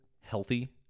healthy